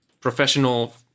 professional